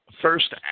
first